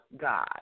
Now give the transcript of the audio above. God